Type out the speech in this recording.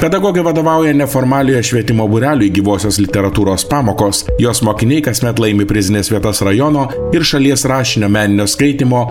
pedagogė vadovauja neformaliojo švietimo būreliai gyvosios literatūros pamokos jos mokiniai kasmet laimi prizines vietas rajono ir šalies rašinio meninio skaitymo